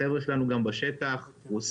החבר'ה שלנו גם בשטח פרוסים,